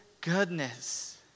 goodness